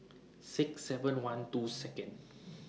six seven one two Second